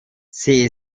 sie